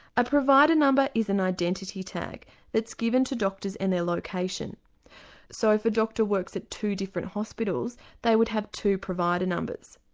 a provider number is an identity tag that's given to doctors in their location so if a doctor works at two different hospitals they would have two provider numbers.